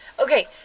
Okay